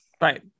Right